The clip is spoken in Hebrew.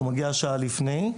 הוא מגיע שעה לפני,